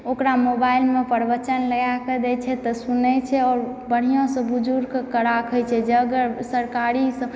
ओकरा मोबाइल मे परवचन लगाए कऽ दै छै तऽ सुनै छै और बढ़िऑं सऽ बुजुर्गके राखै छै जगह सरकारी